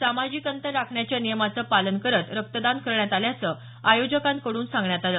सामाजिक अंतर राखण्याच्या नियमाचं पालन करत रक्तदान करण्यात आल्याचं आयोजकांकड्रन सांगण्यात आलं